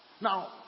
Now